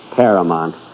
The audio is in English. Paramount